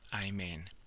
Amen